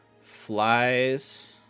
flies